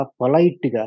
polite